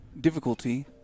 Difficulty